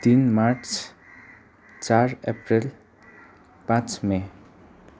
तिन मार्च चार अप्रिल पाँच मई